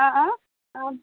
हँ हँ